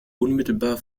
unmittelbar